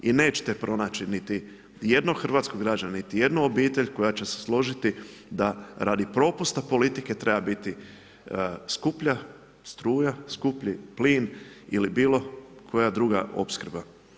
I nećete pronaći niti jednog hrvatskog građanina, niti jednu obitelj koja će se složiti da radi propusta politike treba biti skuplja struja, skuplji plin ili bilo koja druga opskrba.